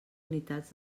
unitats